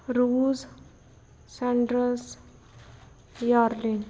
ਰੂਸ ਸੈਂਡਰਸ ਯਾਰਲਿਨ